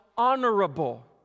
honorable